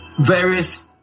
Various